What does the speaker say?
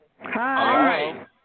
Hi